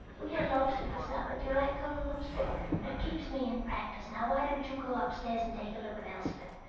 we had lobster for supper. do you like cold lobster? but i can manage. it keeps me in practice. now, why don't you go upstairs and take a look at elspeth?